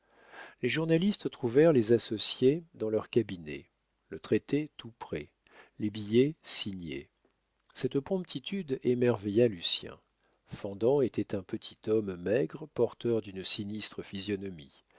les journalistes trouvèrent les associés dans leur cabinet le traité tout prêt les billets signés cette promptitude émerveilla lucien fendant était un petit homme maigre porteur d'une sinistre